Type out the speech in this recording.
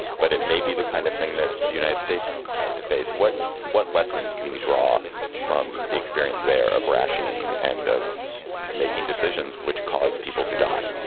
but it may be the kind of thing that the united states has to face. what what lessons can we draw from the experience there of rationing and of making decisions which caused people to die?